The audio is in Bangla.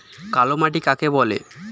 কালো মাটি কাকে বলে?